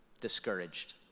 discouraged